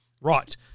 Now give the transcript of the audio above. Right